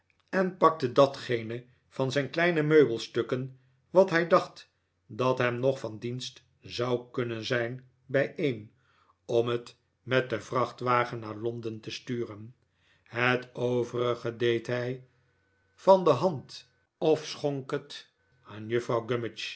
en pakte datpene van zijn kleine meubelstukken wat hij dacht dat hem nog van dienst zou kunnen zijn bijeen om het met den vrachtwagen naar londen te sturen het overige deed hij van de hand of schonk het aan juffrouw